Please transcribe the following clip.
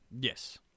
Yes